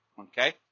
okay